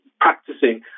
practicing